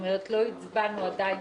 כלומר לא הצבענו עדיין,